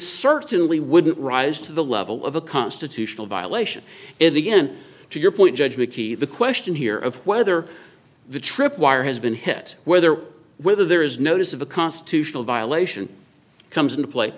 certainly wouldn't rise to the level of a constitutional violation if again to your point judge mckee the question here of whether the tripwire has been hit whether or whether there is notice of a constitutional violation comes into play